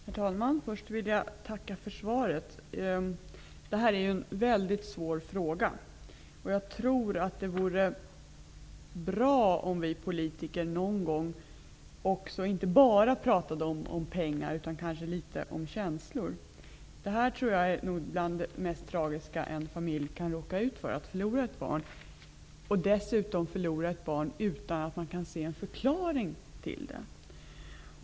Herr talman! Först vill jag tacka för svaret. Det här är en mycket svår fråga. Jag tror att det vore bra om vi politiker någon gång inte bara pratade om pengar utan kanske också litet om känslor. Bland det mest tragiska en familj kan råka ut för är att förlora ett barn -- dessutom utan att man kan se en förklaring till det.